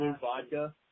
vodka